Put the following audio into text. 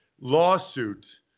lawsuit